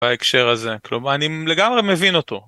בהקשר הזה, כלומר, אני לגמרי מבין אותו.